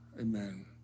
Amen